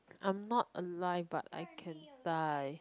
I am not alive but I can die